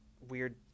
weird